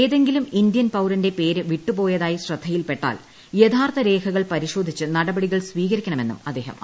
ഏതെങ്കിലും ഇന്ത്യൻ പൌരന്റെ പേര് വിട്ടുപോയതായി ശ്രദ്ധയിൽപ്പെട്ടാൽ യഥാർത്ഥ രേഖകൾ പരിശോധിച്ച് നടപടികൾ സ്വീകരിക്കണമെന്നും അദ്ദേഹം ആവശ്യപ്പെട്ടു